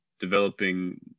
developing